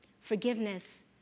Forgiveness